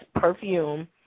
perfume